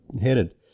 headed